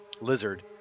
Lizard